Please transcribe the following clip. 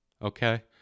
Okay